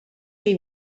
chi